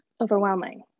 overwhelming